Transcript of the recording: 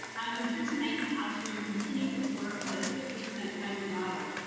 um i'm here tonight to ask for your continued support for the fifty percent hybrid model,